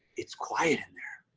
it's quiet. and they're